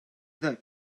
that